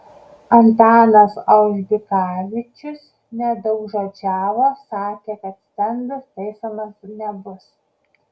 antanas aužbikavičius nedaugžodžiavo sakė kad stendas taisomas nebus